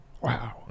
Wow